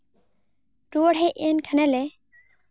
ᱨᱩᱣᱟᱹᱲ ᱦᱮᱡ ᱠᱷᱟᱱᱮᱞᱮ